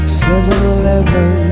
7-Eleven